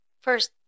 first